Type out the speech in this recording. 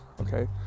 okay